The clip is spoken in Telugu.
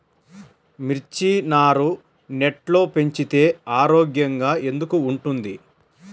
మిర్చి నారు నెట్లో పెంచితే ఆరోగ్యంగా ఎందుకు ఉంటుంది?